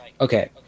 okay